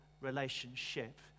relationship